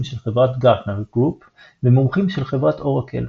של חברת Gartner Group ומומחים של חברת Oracle.